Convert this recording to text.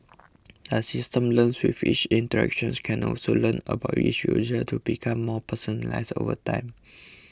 the system learns with each interactions can also learn about each user to become more personalised over time